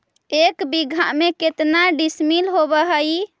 एक बीघा में केतना डिसिमिल होव हइ?